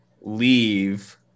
leave